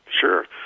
Sure